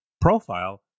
profile